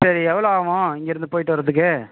சரி எவ்வளோ ஆகும் இங்கேயிருந்து போயிட்டு வர்றதுக்கு